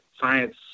science